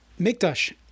Mikdash